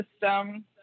system